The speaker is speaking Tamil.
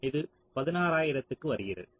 இது 16000 க்கு வருகிறது